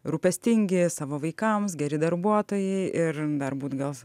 rūpestingi savo vaikams geri darbuotojai ir dar būt gal